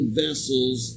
vessels